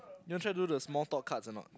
you want try do the small thought cuts or not